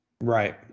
Right